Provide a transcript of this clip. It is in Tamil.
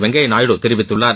வெங்கையா நாயுடு தெரிவித்துள்ளார்